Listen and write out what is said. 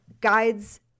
guides